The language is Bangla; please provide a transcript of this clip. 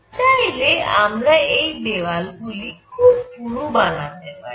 চাইলে আমরা এই দেওয়ালগুলি খুব পুরু বানাতে পারি